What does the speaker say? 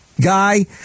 guy